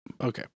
Okay